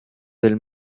del